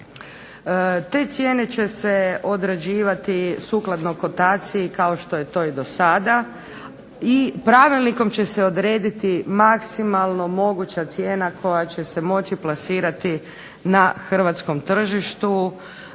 Te cijene će se određivati sukladno kotaciji kao što je to do sada i Pravilnikom će se odrediti maksimalno moguća cijena koja će se moći plasirati na Hrvatskom tržištu,